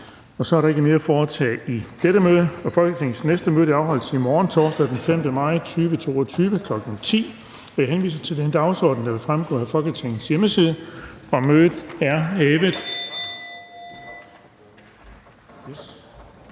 Så er der ikke mere at foretage i dette møde. Folketingets næste møde afholdes i morgen, torsdag den 5. maj 2022, kl. 10.00. Jeg henviser til den dagsorden, der vil fremgå af Folketingets hjemmeside. Mødet er hævet.